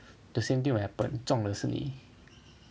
the same thing will happen 中的是你